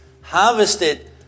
harvested